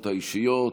האישיות,